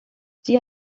sie